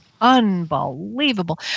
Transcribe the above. unbelievable